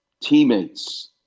teammates